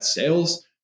sales